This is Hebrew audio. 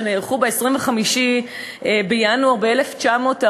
שנערכו ב-25 בינואר 1949,